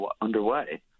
underway